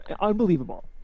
Unbelievable